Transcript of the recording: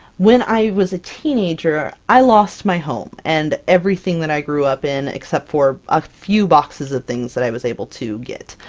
when i was a teenager, i lost my home and everything that i grew up except for a few boxes of things that i was able to get.